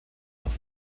auch